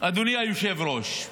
אדוני היושב-ראש,